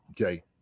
Okay